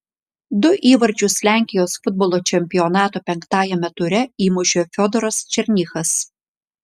du įvarčius lenkijos futbolo čempionato penktajame ture įmušė fiodoras černychas